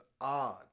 odd